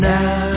Now